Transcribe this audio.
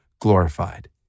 glorified